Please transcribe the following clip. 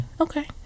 okay